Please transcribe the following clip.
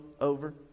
over